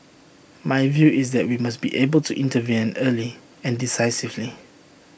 my view is that we must be able to intervene an early and decisively